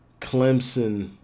Clemson